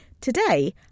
today